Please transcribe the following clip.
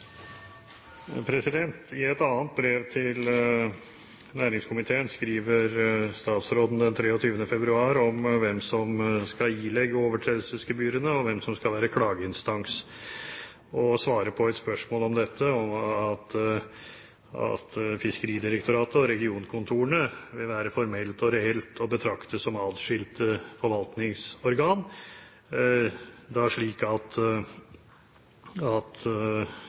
I et annet brev til næringskomiteen skriver statsråden den 23. februar om hvem som skal ilegge overtredelsesgebyrene, og hvem som skal være klageinstans, og svarer på et spørsmål om dette at «Fiskeridirektoratet og regionkontorene er formelt og reelt å betrakte som adskilte forvaltningsorgan» – da slik at